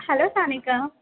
hello Sanika